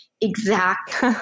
exact